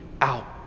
out